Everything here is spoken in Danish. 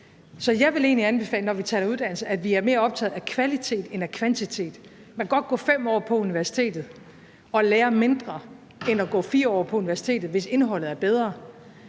Så jeg vil egentlig, når vi taler om uddannelse, anbefale, at vi er mere optaget af kvalitet end af kvantitet. Man kan godt gå 5 år på universitetet og lære mindre end ved at gå 4 år på universitetet, hvis indholdet det andet